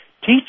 Teach